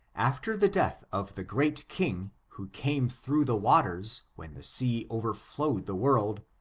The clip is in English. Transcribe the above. after the death of the great king, who came through the waters when the sea overflowed the world,